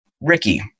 ricky